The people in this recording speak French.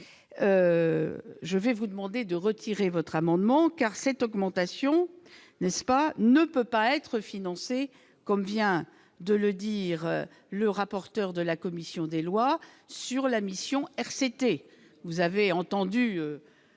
je vais vous demander de retirer votre amendement car cette augmentation ne-ce pas ne peut pas être financée comme vient de le dire, le rapporteur de la commission des lois sur la mission RCT, vous avez entendu